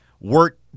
work